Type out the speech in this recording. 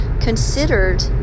considered